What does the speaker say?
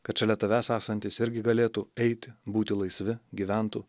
kad šalia tavęs esantys irgi galėtų eiti būti laisvi gyventų